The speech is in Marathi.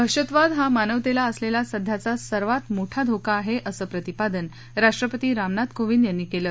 दहशतवाद हा मानवतेला असलेला सध्याचा सर्वात मोठा धोका आहे असं प्रतिपादन राष्ट्रपती रामनाथ कोविंद यांनी केलं